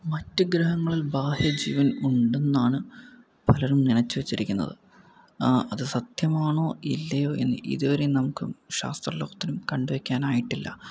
മറ്റ് ഗ്രഹങ്ങളിൽ ബാഹ്യജീവൻ ഉണ്ടെന്നാണ് പലരും നിനച്ചുവച്ചിരിക്കുന്നത് അത് സത്യമാണോ ഇല്ലയോയെന്ന് ഇതുവരെയും നമുക്കും ശാസ്ത്രലോകത്തിനും കണ്ടുവെയ്ക്കാനായിട്ടില്ല